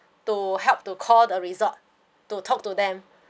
to help to call the resort to talk to them